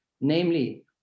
Namely